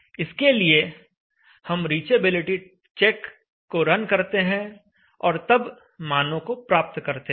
इसके लिए हम रीचेबिलिटी चेक को रन करते हैं और तब मानों को प्राप्त करते हैं